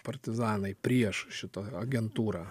partizanai prieš šitą agentūrą